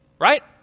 Right